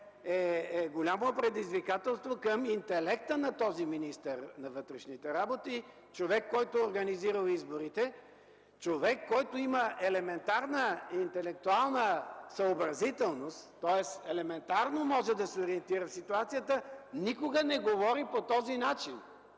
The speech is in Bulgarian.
е голямо предизвикателство към интелекта на този министър на вътрешните работи, човек, който е организирал изборите, човек, който има елементарна интелектуална съобразителност, тоест елементарно може да се ориентира в ситуацията, никога не говори по този начин,